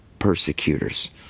Persecutors